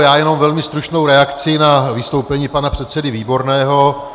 Já jenom velmi stručnou reakci na vystoupení pana předsedy Výborného.